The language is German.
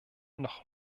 noch